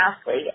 athlete